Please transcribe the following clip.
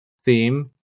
theme